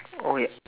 oh wait